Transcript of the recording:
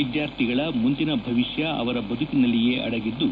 ವಿದ್ಯಾರ್ಥಿಗಳ ಮುಂದಿನ ಭವಿಷ್ಠ ಅವರ ಬದುಕಿನಲ್ಲಿಯೇ ಅಡಗಿದ್ದು